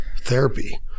therapy